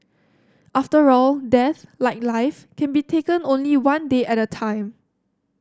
after all death like life can be taken only one day at a time